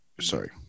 sorry